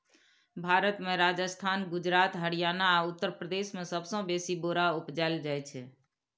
भारत मे राजस्थान, गुजरात, हरियाणा आ उत्तर प्रदेश मे सबसँ बेसी बोरा उपजाएल जाइ छै